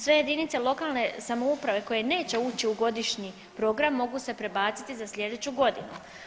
Sve jedinice lokalne samouprave koje neće ući u godišnji program mogu se prebaciti za sljedeću godinu.